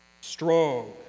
strong